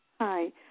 Hi